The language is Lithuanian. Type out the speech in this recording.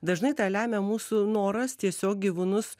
dažnai tą lemia mūsų noras tiesiog gyvūnus